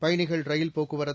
பயனிகள் ரயில் போக்குவரத்து